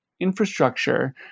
infrastructure